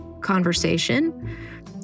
conversation